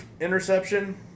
interception